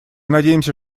надеемся